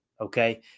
okay